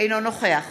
אינו נוכח